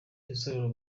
rusororo